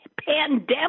pandemic